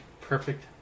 perfect